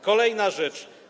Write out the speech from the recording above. Kolejna rzecz.